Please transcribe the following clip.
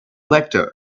lecture